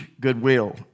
goodwill